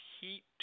heat